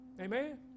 Amen